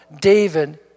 David